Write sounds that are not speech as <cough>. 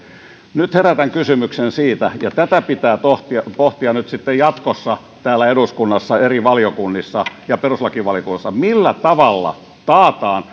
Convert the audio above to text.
nyt herätän kysymyksen siitä ja tätä pitää pohtia pohtia nyt sitten jatkossa täällä eduskunnassa eri valiokunnissa ja perustuslakivaliokunnassa millä tavalla taataan <unintelligible>